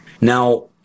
Now